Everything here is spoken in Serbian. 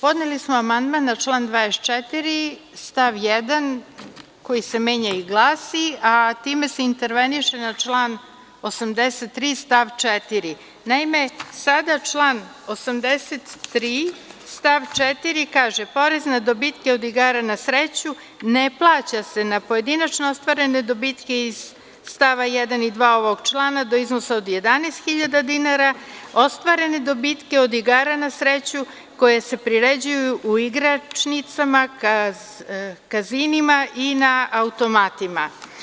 Podneli smo amandman na član 24. stav 1, koji se menja i glasi, a time se interveniše na član 83. stav 4. Naime, sada član 83. stav 4. kaže: „Porez na dobitke od igara na sreću ne plaća se na pojedinačno ostvarene dobitke iz st. 1. i 2. ovog člana do iznosa od 11.000 dinara, ostvarene dobitke od igara na sreću koje se priređuju u igračnicama, kazinima i na automatima“